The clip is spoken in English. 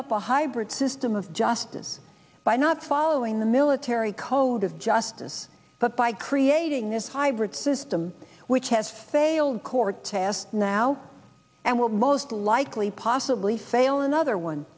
up a hybrid system of justice by not following the military code of justice but by creating this hybrid system which has failed core task now and will most likely possibly fail another one